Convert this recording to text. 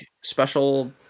special